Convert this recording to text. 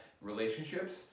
relationships